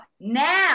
Now